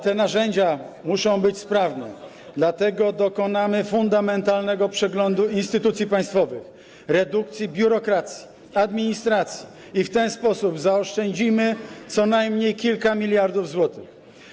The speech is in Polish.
Te narzędzia muszą być sprawne, dlatego dokonamy fundamentalnego przeglądu instytucji państwowych, redukcji biurokracji, administracji i w ten sposób zaoszczędzimy co najmniej kilka miliardów złotych.